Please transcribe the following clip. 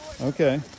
okay